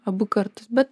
abu kartus bet